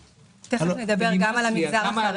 תיכף נדבר גם על המגזר החרדי.